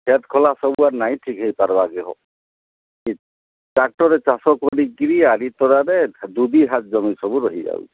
ଖେତ ଖୋଲା ସବୁ ଆଡ଼େ ନାହିଁ ଠିକ ହୋଇପାରଲାକେ ହୋ ଟ୍ରାକଟର୍ରେ ଚାଷ କରିକିରି ଆଦିତରାଦେ ଦୁବିହାତ ଜମି ସବୁ ରହି ଯାଉଛେ